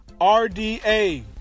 RDA